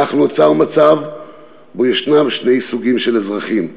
כך נוצר מצב שבו יש שני סוגים של אזרחים,